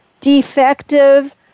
defective